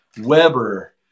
Weber